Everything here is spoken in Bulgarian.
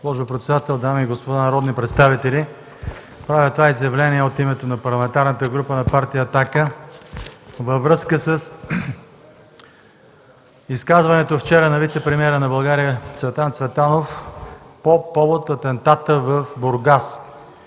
Госпожо председател, дами и господа народни представители! Правя това изявление от името на Парламентарната група на партия „Атака” във връзка с изказването вчера на вицепремиера на България Цветан Цветанов по повод атентата в Бургас